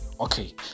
Okay